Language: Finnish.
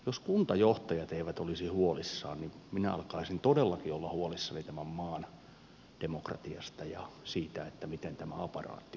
jos kuntajohtajat eivät olisi huolissaan niin minä alkaisin todellakin olla huolissani tämän maan demokratiasta ja siitä miten tämä aparaatti oikein soittaa